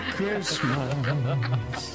Christmas